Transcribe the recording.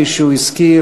כפי שהוא הזכיר,